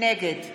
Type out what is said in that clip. נגד